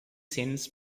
scenes